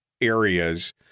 areas